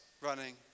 running